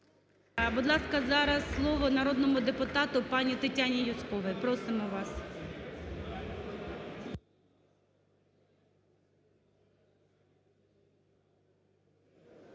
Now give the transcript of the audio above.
Будь ласка, зараз слово народному депутату пані Тетяні Юзьковій. Просимо вас.